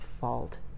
Fault